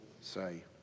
say